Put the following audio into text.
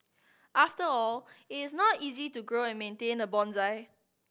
after all it is not easy to grow and maintain a bonsai